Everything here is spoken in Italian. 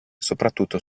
soprattutto